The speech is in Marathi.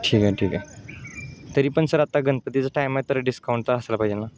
ठीक आहे ठीक आहे तरी पण सर आता गणपतीचं टाईम आहे तर डिस्काउंट तर असला पाहिजे ना